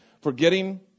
forgetting